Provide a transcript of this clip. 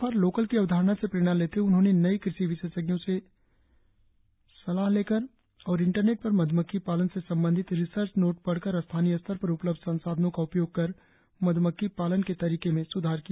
वोलक for local की अवधारणा से प्रेरणा लेते हुए उन्होंने कई कृषि विशेषज्ञों से सलाह लेकर और इंटरनेट पर मध्मक्खी पालन से संबधित रिसर्च नोट पढ़कर स्थानीय स्तर पर उपलब्ध संसाधनों का उपयोग कर मध्मक्खी पालन के तरीके मेम सुधार किया है